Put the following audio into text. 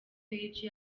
page